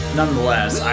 nonetheless